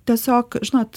tiesiog žinot